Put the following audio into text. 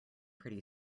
pretty